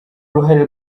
uruhare